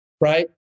right